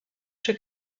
czy